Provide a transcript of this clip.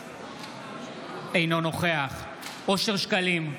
אינו נוכח אושר שקלים,